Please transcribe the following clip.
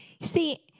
See